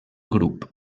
grup